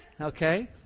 okay